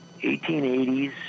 1880s